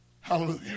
hallelujah